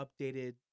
updated